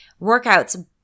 Workouts